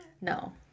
No